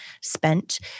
spent